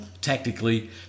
tactically